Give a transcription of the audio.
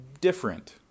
different